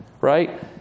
right